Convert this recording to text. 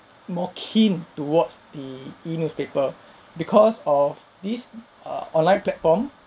more keen towards the e-newspaper because of these err online platform